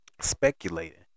speculating